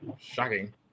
Shocking